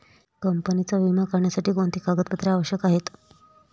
कंपनीचा विमा काढण्यासाठी कोणते कागदपत्रे आवश्यक आहे?